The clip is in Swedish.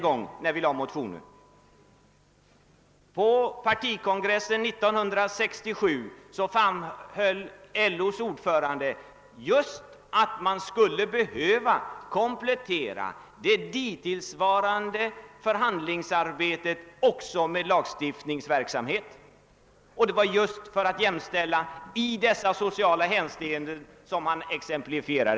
På partikongressen .1967 framhöll LO:s ordförande att man skulle behöva komplettera det dittillsvarande förhandlingsarbetet också med lagstiftningsverksamhet, och detta just för att i socialt hänseende jämställa arbetare och tjänstemän.